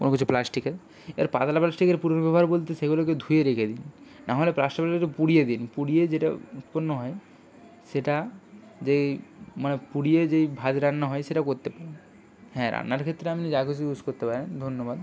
কোনো কিছু প্লাস্টিকের এবার পাতলা প্লাস্টিকের পুনর্ব্যবহার বলতে সেগুলোকে ধুয়ে রেখে দিন না হলে প্লাস্টিকগুলোকে পুড়িয়ে দিন পুড়িয়ে যেটা উৎপন্ন হয় সেটা যেই মানে পুড়িয়ে যেই ভাত রান্না হয় সেটা করতে পারেন হ্যাঁ রান্নার ক্ষেত্রে আপনি যা খুশি ইউজ করতে পারেন ধন্যবাদ